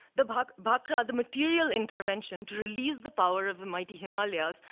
the but bhakra, the material intervention to release the power of the mighty himalayas,